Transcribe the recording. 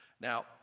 now